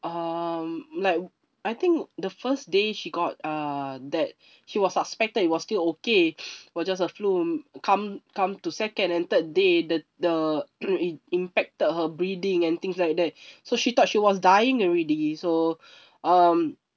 um like I think the first day she got uh that she was suspected it was still okay was just a flu come come to second and third day the the im~ impacted her breathing and things like that so she thought she was dying already so um